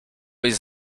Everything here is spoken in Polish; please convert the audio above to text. jest